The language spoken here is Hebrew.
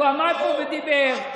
הוא עמד פה ודיבר.